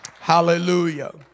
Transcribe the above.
Hallelujah